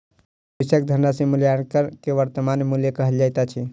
भविष्यक धनराशिक मूल्याङकन के वर्त्तमान मूल्य कहल जाइत अछि